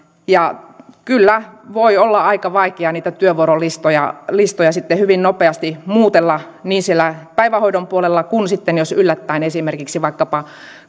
kyllä voi olla aika vaikea niitä työvuorolistoja hyvin nopeasti muutella niin siellä päivähoidon puolella kuin sitten silloin jos esimerkiksi vaikkapa